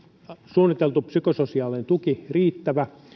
suunniteltu psykososiaalinen tuki riittävä